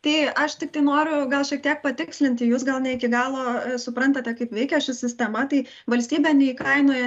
tai aš tiktai noriu gal šiek tiek patikslinti jūs gal ne iki galo suprantate kaip veikia ši sistema tai valstybė neįkainoja